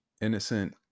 innocent